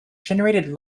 generated